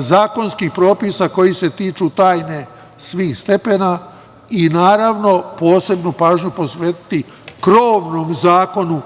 zakonskih propisa koji se tiču tajne svih stepena i naravno posebnu pažnju posvetiti krovnom zakonu